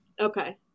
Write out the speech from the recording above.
Okay